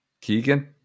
Keegan